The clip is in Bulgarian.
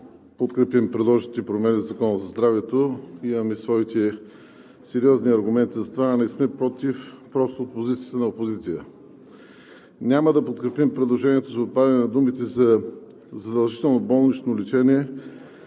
Няма да подкрепим предложението за отпадане на думите за задължително болнично лечение